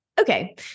Okay